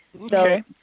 Okay